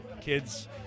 kids